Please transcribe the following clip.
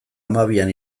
hamabian